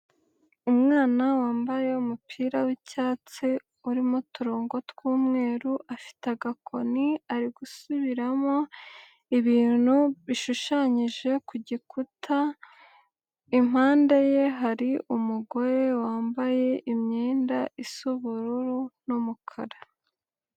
Umwana wambaye umupira w'icyatsi urimo uturongo tw'umweru ,afite agakoni ari gusubiramo ibintu bishushanyije ku gikuta, impande ye hari umugore wambaye imyenda isa ubururu n'umukara.